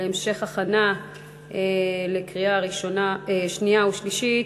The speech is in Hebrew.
להמשך הכנה לקריאה שנייה ושלישית,